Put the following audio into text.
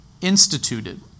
instituted